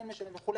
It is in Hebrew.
כן משלם וכו',